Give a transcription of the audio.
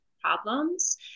problems